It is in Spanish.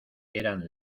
eran